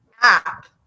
App